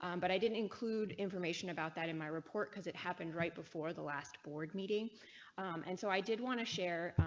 um but i didn't include information about that in my report coz it happened. right before the last board meeting and so i did want to share.